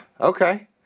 okay